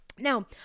Now